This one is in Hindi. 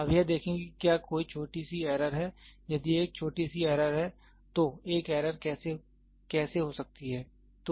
अब यह देखें कि क्या कोई छोटी सी एरर है यदि एक छोटी सी एरर है तो एक एरर कैसे हो सकती है